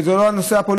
וזה לא הנושא הפוליטי.